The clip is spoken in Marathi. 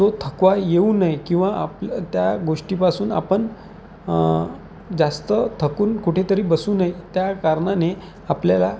तो थकवा येऊ नये किंवा आपलं त्या गोष्टीपासून आपण जास्त थकून कुठेतरी बसू नये त्या कारणाने आपल्याला